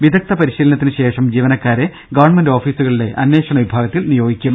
വിദഗ്ധ പരിശീലനത്തിന് ശേഷം ജീവനക്കാരെ ഗവൺമെന്റ് ഓഫീസുകളിലെ അന്വേഷണ വിഭാഗത്തിൽ നിയോഗിക്കും